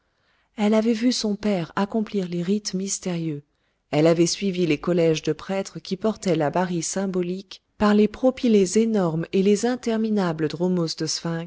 elle avait vu son père accomplir les rites mystérieux elle avait suivi les collèges de prêtres qui portaient la bari symbolique par les propylées énormes et les interminables dromos de